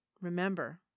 remember